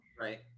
right